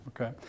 Okay